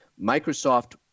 microsoft